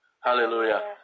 hallelujah